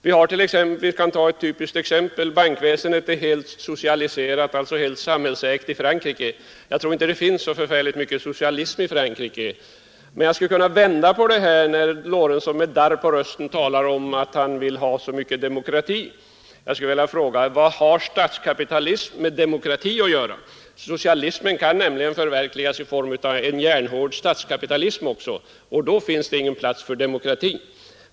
Vi kan ta ett typiskt exempel: bankväsendet i Frankrike är helt socialiserat och alltså helt samhällsägt, men jag tror inte det finns särskilt mycket av socialism i Frankrike. Herr Lorentzon talade med darr på rösten om att han vill ha så mycket demokrati. Jag skulle vilja vända på det och fråga vad statskapitalism har med demokrati att göra. Socialismen kan nämligen också förverkligas i form av en järnhård statskapitalism och då finns det ingen plats för demokrati.